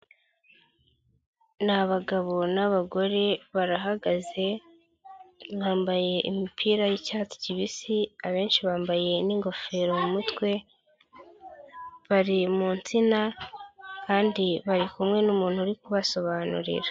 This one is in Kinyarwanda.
Ni abagabo n'abagore barahagaze bambaye imipira y'icyatsi kibisi abenshi bambaye n' ingofero mu mutwe, bari mu nsina kandi bari kumwe n'umuntu uri kubasobanurira.